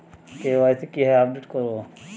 KYC কিভাবে update করব?